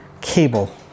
cable